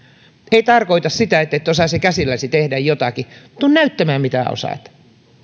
ei tarkoita sitä ettet osaisi käsilläsi tehdä jotakin tule näyttämään mitä osaat